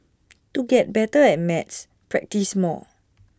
to get better at maths practise more